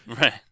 Right